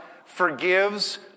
forgives